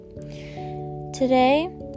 Today